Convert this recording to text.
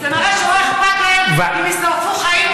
יש לי ועדה שלי, של הכבאות וההצלה.